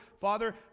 Father